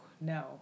no